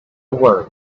word